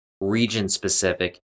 region-specific